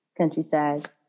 Countryside